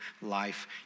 life